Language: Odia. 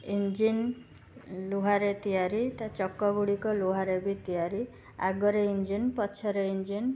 ଇଞ୍ଜିନ ଲୁହାରେ ତିଆରି ତା ଚକଗୁଡ଼ିକ ଲୁହାରେ ବି ତିଆରି ଆଗରେ ଇଞ୍ଜିନ ପଛରେ ଇଞ୍ଜିନ